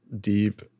deep